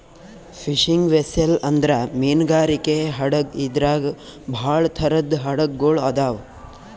fishing vessel ಅಂದ್ರ ಮೀನ್ಗಾರಿಕೆ ಹಡಗ್ ಇದ್ರಾಗ್ ಭಾಳ್ ಥರದ್ ಹಡಗ್ ಗೊಳ್ ಅದಾವ್